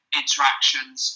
interactions